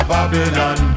Babylon